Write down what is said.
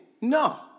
No